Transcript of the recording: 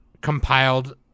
compiled